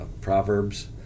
Proverbs